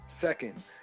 Second